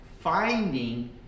finding